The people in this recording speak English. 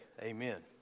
amen